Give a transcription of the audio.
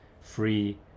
free